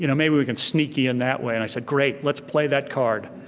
you know maybe we can sneak you in that way. and i said great, let's play that card.